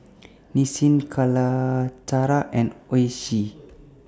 Nissin Calacara and Oishi